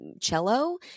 cello